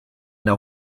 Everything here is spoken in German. der